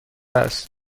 است